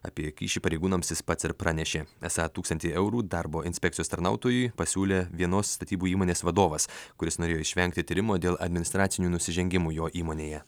apie kyšį pareigūnams jis pats ir pranešė esą tūkstantį eurų darbo inspekcijos tarnautojui pasiūlė vienos statybų įmonės vadovas kuris norėjo išvengti tyrimo dėl administracinių nusižengimų jo įmonėje